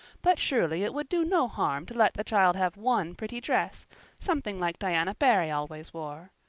but surely it would do no harm to let the child have one pretty dress something like diana barry always wore.